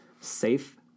safe